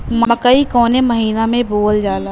मकई कवने महीना में बोवल जाला?